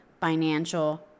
financial